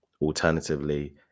Alternatively